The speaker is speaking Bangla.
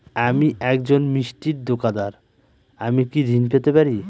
আমি একজন মিষ্টির দোকাদার আমি কি ঋণ পেতে পারি?